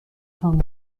تان